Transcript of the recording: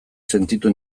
sentitu